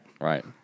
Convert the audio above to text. Right